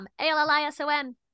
A-L-L-I-S-O-N